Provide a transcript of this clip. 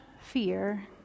fear